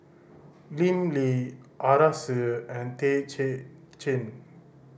Lim Lee Arasu and Tay Kay Chin